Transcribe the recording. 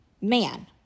man